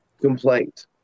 complaint